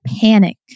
panic